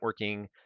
networking